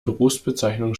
berufsbezeichnung